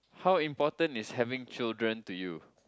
how important is having children to you